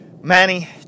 Manny